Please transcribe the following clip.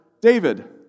David